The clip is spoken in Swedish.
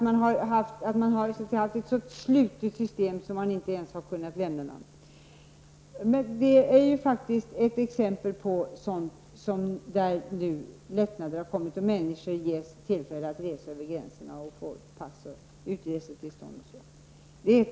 Man har haft ett så slutet system att människor inte ens har kunnat lämna landet. Detta är faktiskt ett exempel på sådant där nu lättnader har kommit. Människor har getts tillfälle att resa över gränserna; de får pass och utresetillstånd.